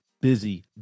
busy